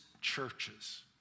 churches